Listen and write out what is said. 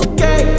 Okay